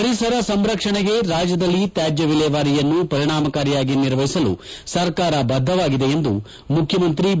ಪರಿಸರ ಸಂರಕ್ಷಣೆಗೆ ರಾಜ್ಯದಲ್ಲಿ ತ್ಯಾಜ್ಯ ವಿಲೇವಾರಿಯನ್ನು ಪರಿಣಾಮಕಾರಿಯಾಗಿ ನಿರ್ವಹಿಸಲು ಸರ್ಕಾರ ಬದ್ದವಾಗಿದೆ ಎಂದು ಮುಖ್ಯಮಂತ್ರಿ ಬಿ